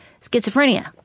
schizophrenia